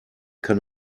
kann